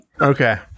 Okay